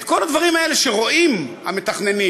כל הדברים האלה שרואים המתכננים,